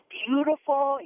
beautiful